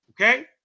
Okay